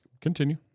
Continue